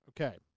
Okay